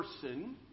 person